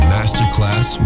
Masterclass